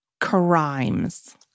crimes